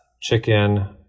chicken